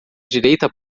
direita